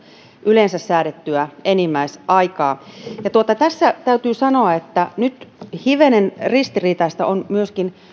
yleensä säädettyä enimmäisaikaa tässä täytyy sanoa että nyt hivenen ristiriitaista on myöskin